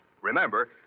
Remember